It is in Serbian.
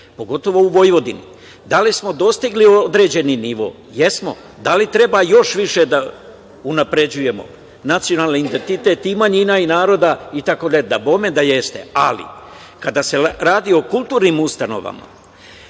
pogotovo u Vojvodini. Da li smo dostigli određeni nivo? Jesmo. Da li treba još više unapređujemo nacionalni identitet i manjina i naroda itd? Dabome da jeste. Ali, kada se radi o kulturnim ustanovama